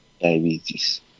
diabetes